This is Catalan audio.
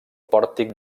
pòrtic